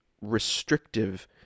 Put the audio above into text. restrictive